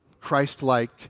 Christ-like